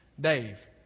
Dave